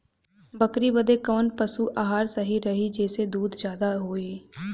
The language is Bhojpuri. बकरी बदे कवन पशु आहार सही रही जेसे दूध ज्यादा होवे?